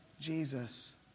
Jesus